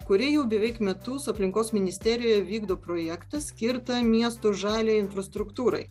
kuri jau beveik metus aplinkos ministerijoje vykdo projektą skirtą miestų žaliajai infrastruktūrai